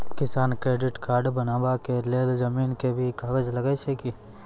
किसान credit card बनबा के लेल जमीन के भी कागज लागै छै कि?